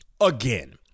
again